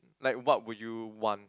like what would you want